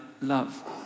love